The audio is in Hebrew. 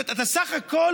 אני אומרת לך,